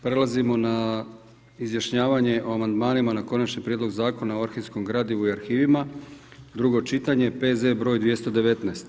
Prelazimo na izjašnjavanje o amandmanima na Konačni prijedlog Zakona o arhivskom gradivu i arhivima, drugo čitanje, P.Z. br. 219.